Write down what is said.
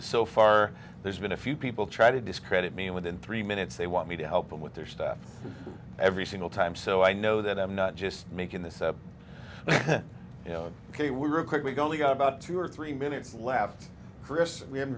so far there's been a few people try to discredit me within three minutes they want me to help them with their stuff every single time so i know that i'm not just making this up but you know they were quickly going to go about two or three minutes left chris we haven't